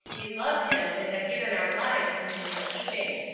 we love him, and have given our lives into his keeping.